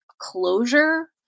closure